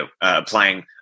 applying